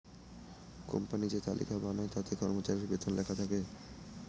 company যে তালিকা বানায় তাতে কর্মচারীর বেতন লেখা থাকে